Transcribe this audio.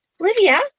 Olivia